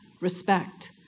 respect